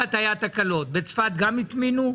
בצפת היו תקלות, בצפת גם הטמינו?